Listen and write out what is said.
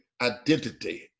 identity